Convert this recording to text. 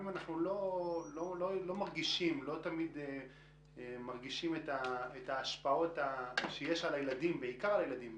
לא תמיד אנחנו מרגישים את ההשפעות שיש בעיקר על ילדים,